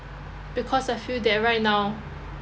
because I feel that right now